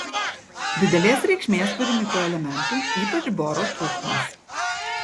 didelės reikšmės turi mikroelementų ypač boro trūkumas